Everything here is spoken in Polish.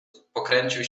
pokręcił